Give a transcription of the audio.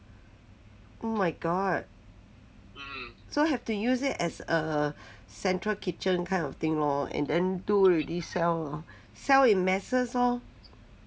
oh my god so have to use it as a central kitchen kind of thing lor and then do already sell orh sell in masses orh